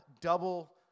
double